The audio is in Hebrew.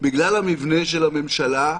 בגלל המבנה של הממשלה,